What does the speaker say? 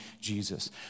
Jesus